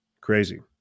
Crazy